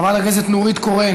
חברת הכנסת נורית קורן